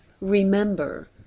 Remember